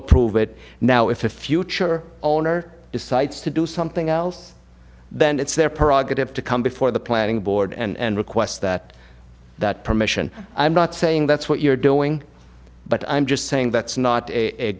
approve it now if a future owner decides to do something else then it's their prerogative to come before the planning board and request that that permission i'm not saying that's what you're doing but i'm just saying that's not a